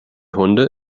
hunde